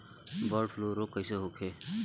Bird flu रोग कईसे होखे?